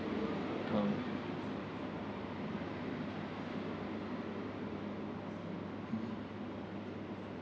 co~ mm